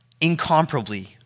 incomparably